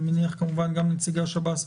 אני מניח כמובן גם נציגי השב"ס,